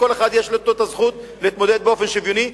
לכל אחד יש הזכות להתמודד באופן שוויוני.